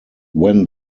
when